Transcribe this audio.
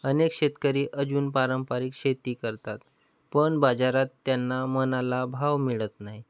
अनेक शेतकरी अजून पारंपारिक शेती करतात पण बाजारात त्यांना मनाला भाव मिळत नाही